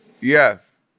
Yes